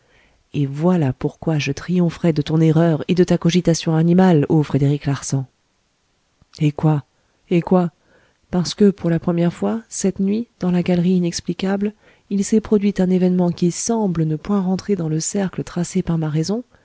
et voilà pourquoi je triompherai de ton erreur et de ta cogitation animale ô frédéric larsan eh quoi eh quoi parce que pour la première fois cette nuit dans la galerie inexplicable il s'est produit un événement qui semble ne point rentrer dans le cercle tracé par ma raison